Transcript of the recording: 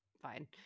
fine